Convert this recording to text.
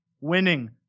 winning